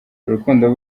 urukundo